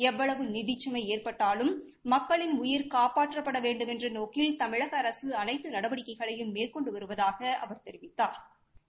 எவ்வளவு நிதிச்சுமை ஏற்பட்டாலும் மக்களின் உயிர் காப்பாற்றப்பட வேண்டுமென்ற நோக்கில் தமிழக அரசு அனைத்து நடவடிக்கைகளையும் மேற்கொண்டு வருவதாக அவர் தெரிவித்தாா்